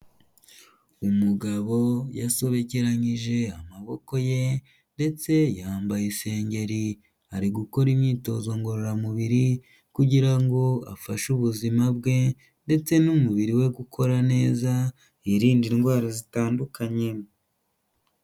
Umugabo yasobekeranyije amaboko ye ndetse yambaye isengeri, ari gukora imyitozo ngororamubiri kugira ngo afashe ubuzima bwe ndetse n'umubiri we gukora neza yirinde indwara zitandukanye.